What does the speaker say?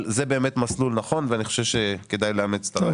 זה באמת מסלול נכון ואני חושב שכדאי לאמץ את ההצעה.